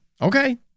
Okay